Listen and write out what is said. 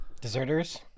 deserters